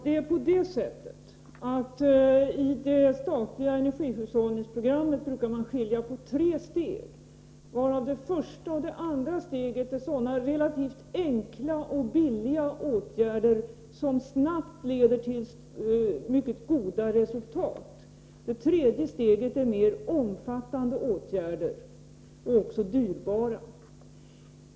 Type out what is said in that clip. Herr talman! I det statliga energihushållningsprogrammet brukar man skilja på tre steg, varav det första och det andra steget är sådana relativt enkla och billiga åtgärder som snabbt leder till mycket goda resultat. Det tredje steget innebär mer omfattande och dyrbara åtgärder.